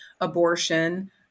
abortion